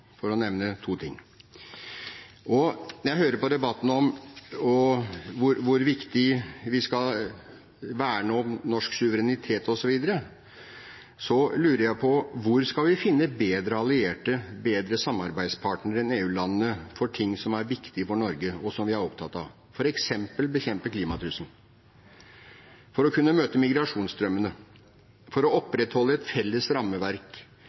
for å nevne to ting. Når jeg hører på debatten om hvor viktig det er at vi verner om norsk suverenitet, osv., lurer jeg på hvor vi skal finne bedre allierte og samarbeidspartnere enn EU-landene for det som er viktig for Norge, og som vi alle er opptatt av, f.eks. å bekjempe klimatrusselen, å møte migrasjonsstrømmene, å opprettholde et felles rammeverk